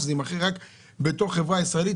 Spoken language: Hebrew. שזה יימכר רק לחברה ישראלית,